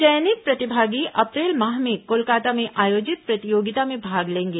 चयनित प्रतिभागी अप्रैल माह में कोलकाता में आयोजित प्रतियोगिता में भाग लेंगे